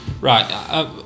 Right